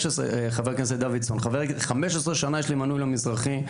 חבר הכנסת דוידסון, 15 שנה יש לי מנוי למזרחי.